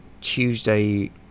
tuesday